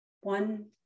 one